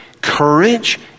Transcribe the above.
courage